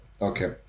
Okay